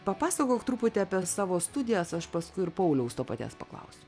papasakok truputį apie savo studijas aš paskui ir pauliaus to paties paklausiu